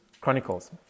Chronicles